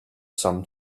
some